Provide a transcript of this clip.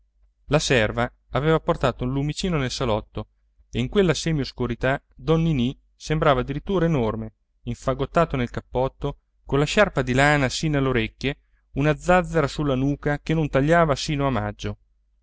la serva aveva portato un lumicino nel salotto e in quella semioscurità don ninì sembrava addirittura enorme infagottato nel cappotto con la sciarpa di lana sino alle orecchie una zazzera sulla nuca che non tagliava sino a maggio